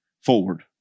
forward